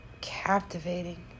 captivating